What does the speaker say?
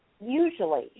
usually